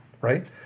Right